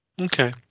Okay